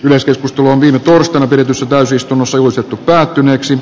yleisöltä tuli viime torstaina pidetyssä täysistunnossa uusittu päättyneeksi